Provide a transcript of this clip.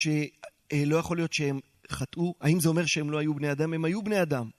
לא יכול להיות שהם חטאו? האם זה אומר שהם לא היו בני אדם? הם היו בני אדם.